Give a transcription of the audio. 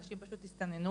אנשים פשוט הסתננו,